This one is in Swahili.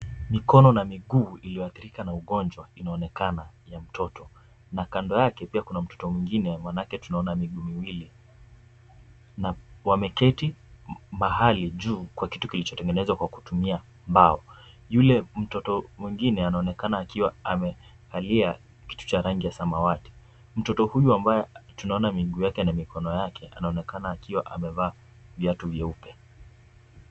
Mikono na miguu iliyoathirika na ugonjwa, inaonekana ni ya mtoto na kando yake pia kuna mtoto mwingine maanake tunaona miguu miwili na wameketi mahali juu kwa kitu kilichotengenezwa kwa kupitia mbao. Yule mtoto mwingine anaonekana akiwa amevalia kitu cha rangi ya samawati. Mtoto huyu ambaye tunaona miguu yake na mikono yake, anaonekana akiwa amevaa vyeupu veupe.